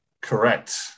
Correct